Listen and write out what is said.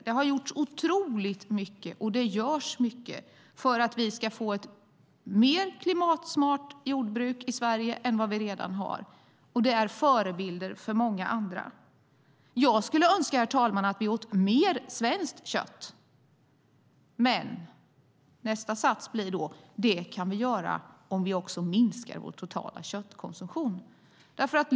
Det har gjorts otroligt mycket, och det görs mycket, för att vi ska få ett mer klimatsmart jordbruk i Sverige än vad vi redan har. Och det är förebilder för många andra. Jag skulle önska, herr talman, att vi åt mer svenskt kött. Men nästa sats blir då: Det kan vi göra om vi minskar vår totala köttkonsumtion.